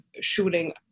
shooting